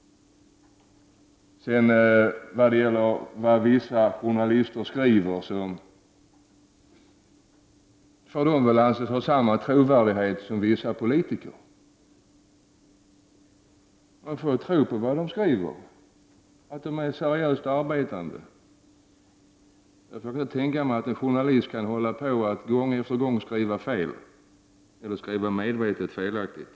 Vad sedan gäller det som vissa journalister skriver får journalisterna väl anses ha samma trovärdighet som vissa politiker. Man får väl tro på att de arbetar seriöst i sitt skrivande. Jag kan inte tänka mig att en journalist gång på gång skriver medvetet felaktigt.